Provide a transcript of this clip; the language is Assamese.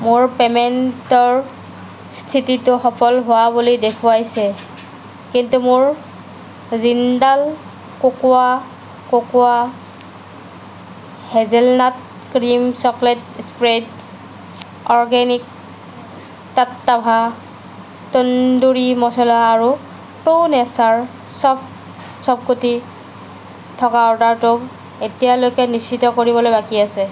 মোৰ পে'মেণ্টৰ স্থিতিটো সফল হোৱা বুলি দেখুৱাইছে কিন্তু মোৰ Jindal cocoa cocoa hazelnut cream chocolate spread organic Tattva tandoori masala আৰু প্ৰো নেচাৰ চফ চফগুটি থকা অৰ্ডাৰটো এতিয়ালৈকে নিশ্চিত কৰিবলৈ বাকী আছে